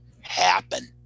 happen